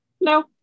no